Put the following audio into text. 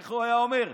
איך הוא היה אומר,